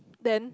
then